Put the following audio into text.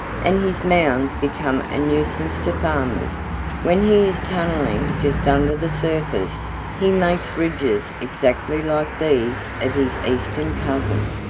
and his mounds become a nuisance to farmers. when he is tunneling just under the surface he makes ridges exactly like these of his eastern cousin.